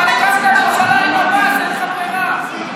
אבל הקמת ממשלה עם עבאס, אין לך ברירה.